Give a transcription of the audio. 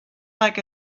like